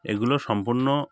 এগুলো সম্পূর্ণ